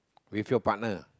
with your partner